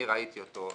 אני ראיתי אותו,